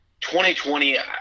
2020